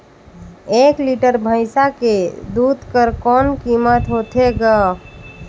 एक लीटर भैंसा के दूध कर कौन कीमत होथे ग?